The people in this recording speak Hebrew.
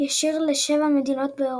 ישיר לשבע מדינות באירופה.